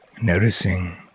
Noticing